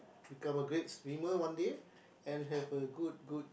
become a great swimmer one day and have a good good